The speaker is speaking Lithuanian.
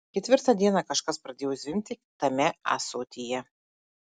ketvirtą dieną kažkas pradėjo zvimbti tame ąsotyje